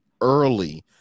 early